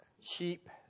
sheep